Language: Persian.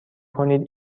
کنید